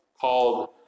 called